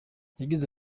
yagize